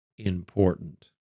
important